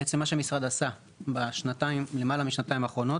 מה שהמשרד עשה בלמעלה מהשנתיים האחרונות